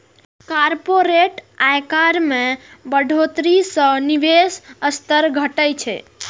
corporate आयकर मे बढ़ोतरी सं निवेशक स्तर घटै छै